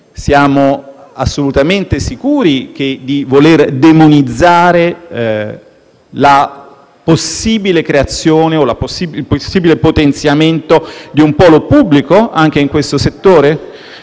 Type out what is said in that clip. Siamo assolutamente sicuri di voler demonizzare la possibile creazione o il possibile potenziamento di un polo pubblico anche in questo settore?